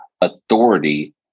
authority